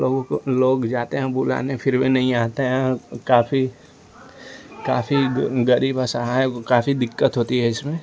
लोगों को लोग जाते हें बुलाने फिर भी नही आते हें काफी काफी ग गरीब असहाय को काफी दिक्कत होती है इसमें